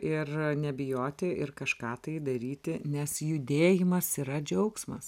ir nebijoti ir kažką tai daryti nes judėjimas yra džiaugsmas